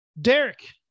Derek